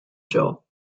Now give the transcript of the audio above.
jaw